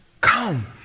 come